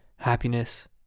Happiness